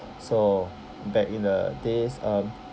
so back in the days um